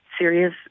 serious